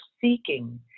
seeking